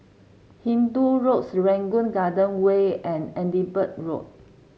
Hindoo Road Serangoon Garden Way and Edinburgh Road